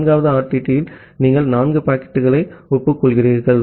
4 வது ஆர்டிடியில் நீங்கள் 4 பாக்கெட்டுகளை ஒப்புக்கொள்கிறீர்கள்